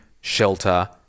shelter